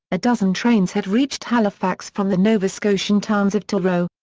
a dozen trains had reached halifax from the nova scotian towns of truro,